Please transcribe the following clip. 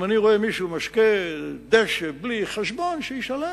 אם אני רואה מישהו משקה דשא בלי חשבון, שישלם.